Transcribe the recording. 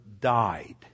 died